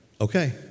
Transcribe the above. okay